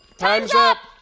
time's up!